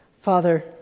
Father